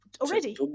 already